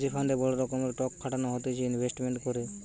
যে ফান্ডে বড় রকমের টক খাটানো হতিছে ইনভেস্টমেন্ট করে